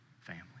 family